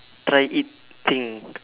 try eating